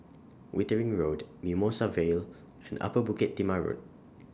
Wittering Road Mimosa Vale and Upper Bukit Timah Road